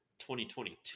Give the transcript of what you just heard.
2022